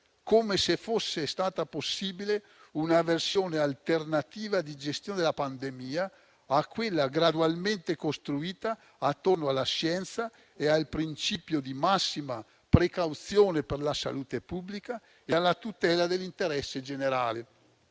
come se fosse stata possibile una versione alternativa di gestione della pandemia a quella gradualmente costruita attorno alla scienza, al principio di massima precauzione per la salute pubblica e alla tutela dell'interesse generale.